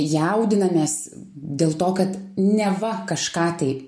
jaudinamės dėl to kad neva kažką tai